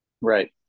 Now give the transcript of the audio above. right